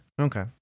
Okay